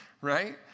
Right